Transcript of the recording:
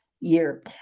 year